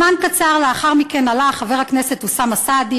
זמן קצר לאחר מכן עלה חבר הכנסת אוסאמה סעדי,